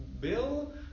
Bill